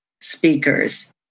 speakers